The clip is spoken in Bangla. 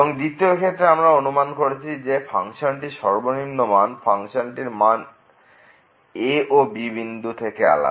দ্বিতীয় ক্ষেত্রে আমরা অনুমান করছি যে ফাংশনটির সর্বনিম্ন মান ফাংশনটির মান a ও b বিন্দুর থেকে আলাদা